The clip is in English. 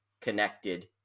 connected